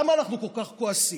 למה אנחנו כל כך כועסים?